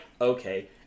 okay